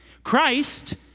Christ